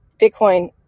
Bitcoin